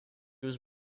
was